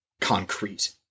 concrete